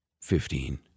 Fifteen